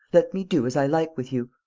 let me do as i like with you.